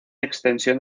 extensión